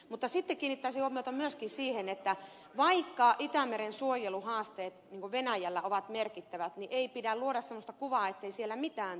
mutta sitten kiinnittäisin huomiota myöskin siihen että vaikka itämeren suojeluhaasteet venäjällä ovat merkittävät niin ei pidä luoda semmoista kuvaa ettei siellä mitään tehtäisi